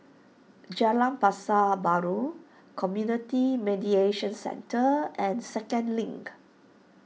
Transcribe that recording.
Jalan Pasar Baru Community Mediation Centre and Second Link